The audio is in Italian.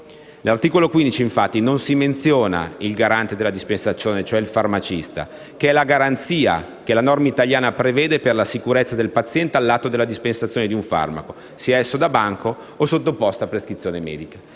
Nell'articolo 15, infatti, non si menziona il garante della dispensazione, cioè il farmacista, che è la garanzia che la norma italiana prevede per la sicurezza del paziente all'atto della dispensazione di un farmaco, sia esso da banco o sottoposto a prescrizione medica.